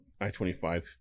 i-25